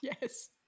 Yes